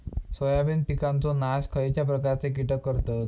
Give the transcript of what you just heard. Soybean पिकांचो नाश खयच्या प्रकारचे कीटक करतत?